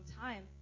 time